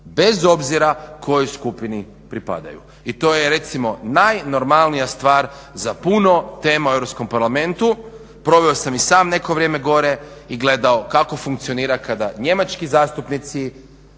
bez obzira kojoj skupini pripadaju. I to je recimo najnormalnija stvar za puno tema u Europskom parlamentu. Proveo sam i sam neko vrijeme gore i gledao kako funkcionira kada njemački zastupnici